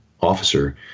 officer